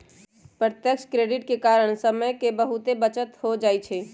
प्रत्यक्ष क्रेडिट के कारण समय के बहुते बचत हो जाइ छइ